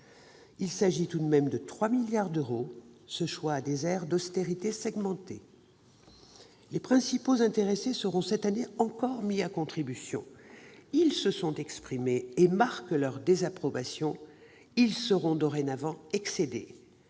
Il s'agit tout de même de 3 milliards d'euros, et ce choix a des airs d'austérité segmentée ... Les principaux intéressés seront, cette année encore, mis à contribution. Ils se sont exprimés et marquent leur désapprobation. Ils seront dorénavant excédés.